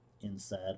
inside